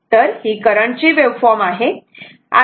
तर ही करंटची वेव्हफॉर्म आहे